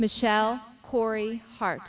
michelle cory hart